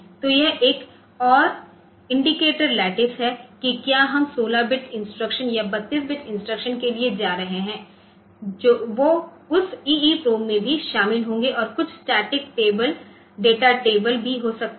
तो यह एक और इंडिकेटर लैटिस है कि क्या हम 16 बिट इंस्ट्रक्शन या 32 बिट इंस्ट्रक्शन के लिए जा रहे हैं वो उस EEPROM में भी शामिल होंगे और कुछ स्टैटिक डेटा टेबल भी हो सकते हैं